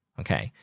okay